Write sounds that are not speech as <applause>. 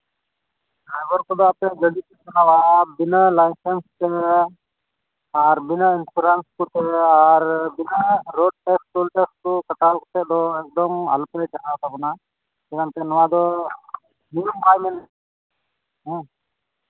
driver ᱠᱚᱫᱚ ᱟᱯᱮ ᱜᱟᱹᱰᱤ ᱯᱮ ᱪᱟᱞᱟᱣᱟ ᱵᱤᱱᱟᱹ ᱞᱟᱭᱥᱮᱱᱥ ᱛᱮ ᱟᱨ ᱵᱤᱱᱟᱹ ᱤᱱᱥᱩᱨᱮᱱᱥ ᱛᱮ ᱟᱨ ᱵᱤᱱᱟᱹ ᱨᱳᱰ <unintelligible> ᱠᱟᱴᱟᱣ ᱠᱟᱛᱮᱫ ᱫᱚ ᱮᱠᱫᱚᱢ ᱟᱞᱚᱯᱮ ᱪᱟᱞᱟᱣ ᱛᱟᱵᱚᱱᱟ ᱮᱢᱚᱱ ᱪᱮᱫ ᱱᱚᱣᱟ ᱫᱚ ᱱᱩᱱᱟᱹᱜ ᱵᱟᱭ ᱢᱮᱱᱮᱫ ᱦᱮᱸ